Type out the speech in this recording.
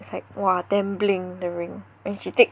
it's like !wah! damn bling the ring when she take